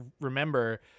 remember